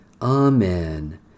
Amen